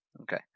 Okay